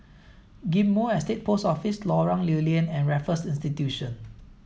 Ghim Moh Estate Post Office Lorong Lew Lian and Raffles Institution